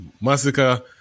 Massacre